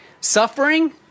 Suffering